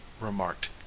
remarked